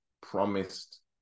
promised